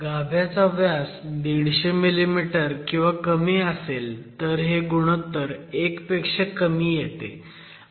गाभ्याचा व्यास 150 मिमी किंवा कमी असेल तर हे गुणोत्तर 1 पेक्षा कमी येते